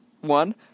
one